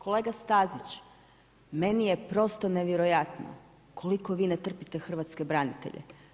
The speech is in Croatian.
Kolega Stazić, meni je prosto nevjerojatno koliko vi ne trpite hrvatske branitelje.